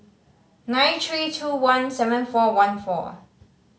nine three two one seven four one four